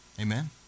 Amen